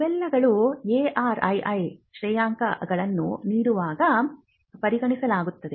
ಇವೆಲ್ಲವುಗಳು ARII ಶ್ರೇಯಾಂಕವನ್ನು ನೀಡುವಾಗ ಪರಿಗಣಿಸುತ್ತದೆ